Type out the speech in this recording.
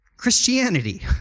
Christianity